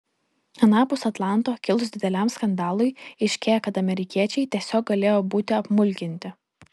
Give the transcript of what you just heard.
anapus atlanto kilus dideliam skandalui aiškėja kad amerikiečiai tiesiog galėjo būti apmulkinti